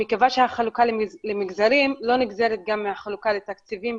כיוון שהחלוקה למגזרים לא נגזרת גם מהחלוקה לתקציבים,